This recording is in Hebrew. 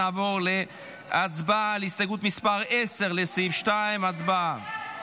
נעבור להצבעה על הסתייגות מס' 10, לסעיף 2. הצבעה.